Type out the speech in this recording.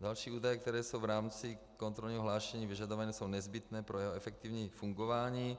Další údaje, které jsou v rámci kontrolního hlášení vyžadovány, jsou nezbytné pro jeho efektivní fungování